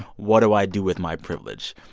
what do i do with my privilege?